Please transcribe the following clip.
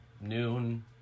noon